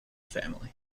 family